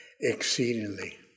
exceedingly